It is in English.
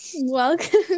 welcome